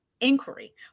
inquiry